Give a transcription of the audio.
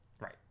Right